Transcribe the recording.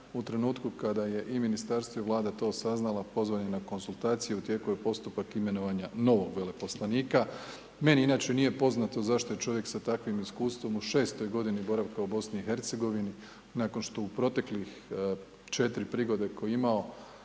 U trenutku kada je i Ministarstvo i Vlada to saznala, pozvan je na konzultacije, u tijeku je postupak imenovanja novog veleposlanika. Meni inače nije poznato zašto je čovjek sa takvim iskustvom u šestoj godini boravka u BiH nakon što u proteklih 4 prigode koje je imao,